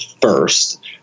first